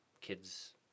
kids